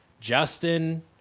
Justin